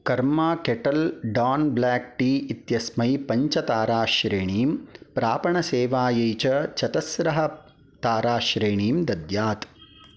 कर्मा Kettle Dawn black tea इत्यस्मै पञ्च ताराश्रेणीं प्रापणसेवायै च चतस्रः ताराश्रेणीं दद्यात्